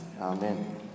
Amen